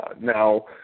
Now